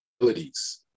abilities